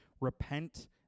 Repent